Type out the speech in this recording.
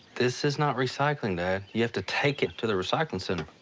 this is not recycling, dad. you have to take it to the recycling center.